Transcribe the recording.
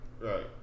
Right